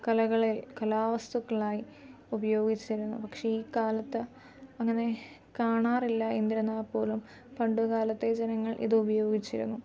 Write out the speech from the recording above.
കലകളെ കാലാവസ്തുക്കളായി ഉപയോഗിച്ചിരുന്നു പക്ഷേ ഈ കാലത്ത് അങ്ങനെ കാണാറില്ല എന്നിരുന്നാൽ പോലും പണ്ടുകാലത്തെ ജനങ്ങൾ ഇത് ഉപയോഗിച്ചിരുന്നു